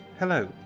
hello